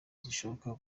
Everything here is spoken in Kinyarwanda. zishoboka